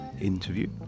interview